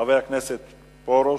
חבר הכנסת פרוש,